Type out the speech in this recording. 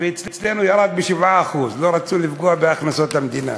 ואצלנו הוא ירד ב-7%; לא רצו לפגוע בהכנסות המדינה,